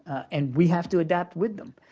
and we have to adapt with them.